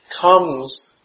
comes